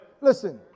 Listen